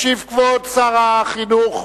ישיב כבוד שר החינוך.